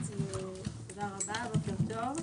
בוקר טוב.